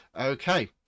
Okay